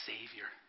Savior